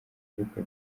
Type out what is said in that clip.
ariko